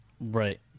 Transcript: right